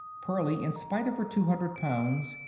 pearlie, in spite of her two hundred pounds,